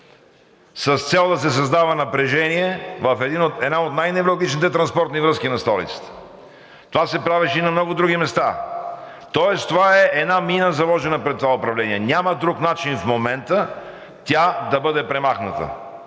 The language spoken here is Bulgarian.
с цел да се създава напрежение в една от най-невралгичните транспортни връзки на столицата. Това се правеше и на много други места, тоест това е една мина, заложена пред това управление. Няма друг начин в момента тя де бъде премахната.